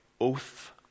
oath